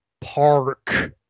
park